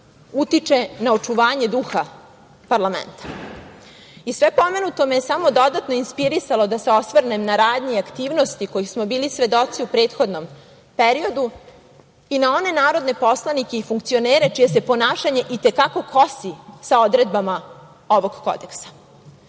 utiče na očuvanje duha parlamenta. Sve pomenuto me je samo dodatno inspirisalo da se osvrnem na radnje i aktivnosti kojih smo bili svedoci u prethodnom periodu i na one narodne poslanike i funkcionere čije se ponašanje i te kako kosi sa odredbama ovog kodeksa. Da